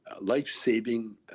life-saving